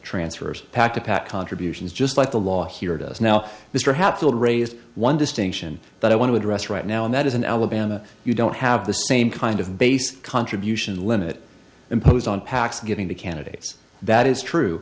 pack contributions just like the law here does now mr hatfield raised one distinction that i want to address right now and that is in alabama you don't have the same kind of base contribution limit imposed on pacs giving the candidates that is true